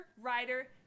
writer